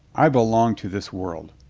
i belong to this world,